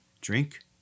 drink